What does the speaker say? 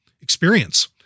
experience